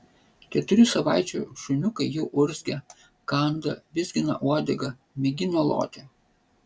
keturių savaičių šuniukai jau urzgia kanda vizgina uodegą mėgina loti